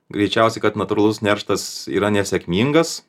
greičiausiai kad natūralus nerštas yra nesėkmingas